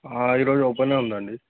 ఈరోజు ఓపెనే ఉందండీ